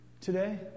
today